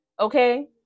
okay